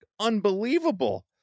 unbelievable